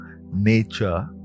nature